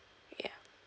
ya